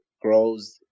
grows